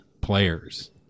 players